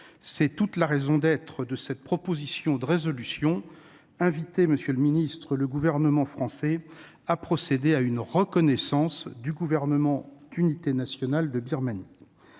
c'est toute la raison d'être de cette proposition de résolution : inviter le Gouvernement français à procéder à une reconnaissance du Gouvernement d'unité nationale de Birmanie.